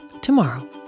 tomorrow